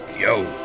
yo